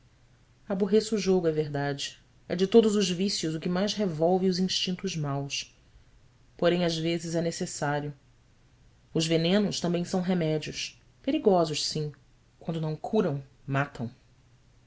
aborreço o jogo é verdade é de todos os vícios o que mais revolve os instintos maus porém às vezes é necessário os venenos também são remédios perigosos sim quando não curam matam